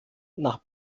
nach